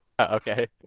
Okay